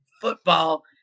Football